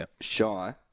Shy